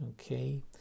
Okay